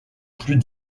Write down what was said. plus